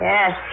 Yes